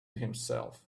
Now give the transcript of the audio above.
himself